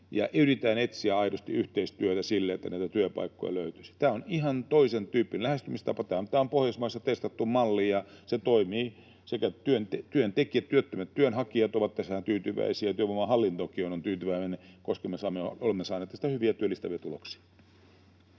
ja yritetään etsiä aidosti yhteistyötä siinä, että näitä työpaikkoja löytyisi. Tämä on ihan toisentyyppinen lähestymistapa. Tämä on Pohjoismaissa testattu malli, ja se toimii. Työttömät työnhakijat ovat tähän tyytyväisiä, ja työvoimahallintokin on tyytyväinen, koska me olemme saaneet tästä hyviä, työllistäviä tuloksia.